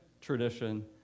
tradition